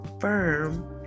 firm